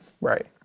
Right